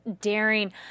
Daring